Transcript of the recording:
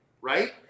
right